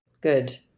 good